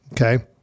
Okay